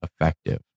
effective